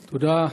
תודה,